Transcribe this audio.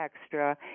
extra